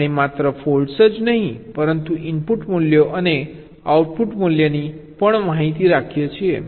આપણે માત્ર ફોલ્ટ્સ જ નહીં પરંતુ ઇનપુટ મૂલ્યો અને આઉટપુટ મૂલ્યની પણ માહિતી રાખીએ છીએ